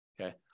Okay